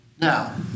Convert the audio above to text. Now